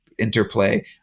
interplay